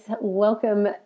welcome